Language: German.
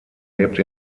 lebt